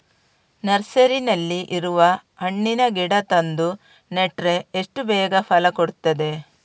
ನರ್ಸರಿನಲ್ಲಿ ಇರುವ ಹಣ್ಣಿನ ಗಿಡ ತಂದು ನೆಟ್ರೆ ಎಷ್ಟು ಬೇಗ ಫಲ ಕೊಡ್ತದೆ